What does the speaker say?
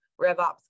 RevOps